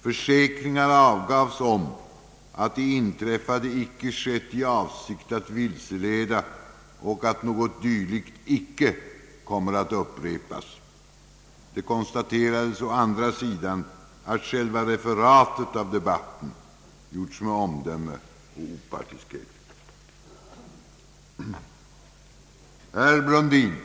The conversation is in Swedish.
Försäkringar avgavs om att det inträffade icke skett i avsikt att vilseleda och att något dylikt icke kommer att upprepas. Det konstaterades å andra sidan att själva referatet av debatten gjorts med omdöme och opartiskhet.